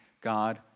God